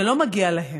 זה לא מגיע להם,